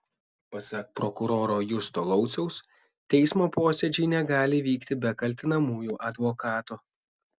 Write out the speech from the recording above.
pasak prokuroro justo lauciaus teismo posėdžiai negali vykti be kaltinamųjų advokato